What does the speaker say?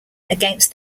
against